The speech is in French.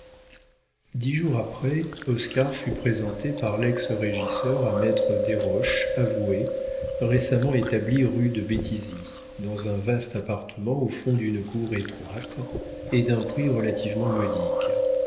dix jours après oscar fut présenté par lex régisseur à maître desroches avoué récemment établi rue de béthisy dans un vaste appartement au fond d'une cour étroite et d'un prix relativement